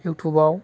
इउटुबाव